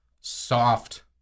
Soft